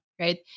right